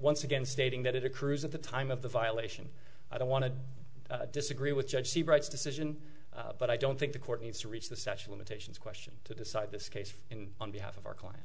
once again stating that it accrues at the time of the violation i don't want to disagree with judge she writes decision but i don't think the court needs to reach the such limitations question to decide this case in on behalf of our client